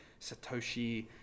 Satoshi